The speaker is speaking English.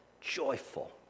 joyful